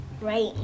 right